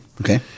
okay